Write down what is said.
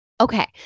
Okay